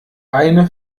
eine